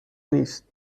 نیست